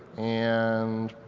and